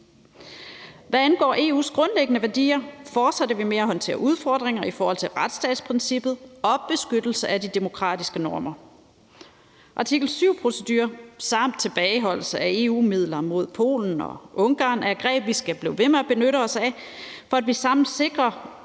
Hvad angår EU's grundlæggende værdier, fortsætter vi med at håndtere udfordringer i forhold til retsstatsprincipper og beskyttelse af de demokratiske normer. Artikel 7-procedurer samt tilbageholdelse af EU-midler i forhold til Polen og Ungarn er greb, vi skal blive ved med at benytte os af, for at vi sammen sikrer